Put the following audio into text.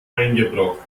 eingebrockt